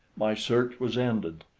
my search was ended.